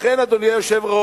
לכן, אדוני היושב-ראש,